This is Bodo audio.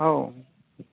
औ